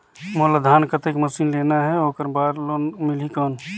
मोला धान कतेक मशीन लेना हे ओकर बार लोन मिलही कौन?